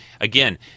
again